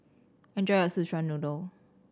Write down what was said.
enjoy your Szechuan Noodle